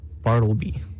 bartleby